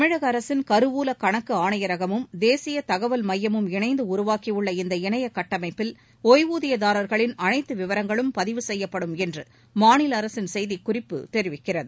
தமிழக அரசின் கருவூல கணக்கு ஆணையரகமும் தேசிய தகவல் மையமும் இணைந்து உருவாக்கியுள்ள இந்த இணைய கட்டமைப்பில் இய்வூதியதாரர்களின் அனைத்து விவரங்களும் பதிவு செய்யப்படும் என்று மாநில அரசின் செய்திக்குறிப்பு தெரிவிக்கிறது